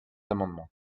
amendements